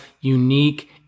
unique